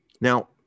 Now